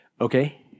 okay